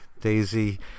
Daisy